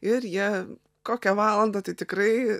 ir jie kokią valandą tai tikrai